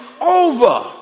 over